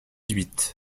huit